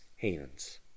hands